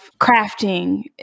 crafting